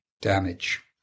damage